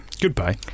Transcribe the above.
Goodbye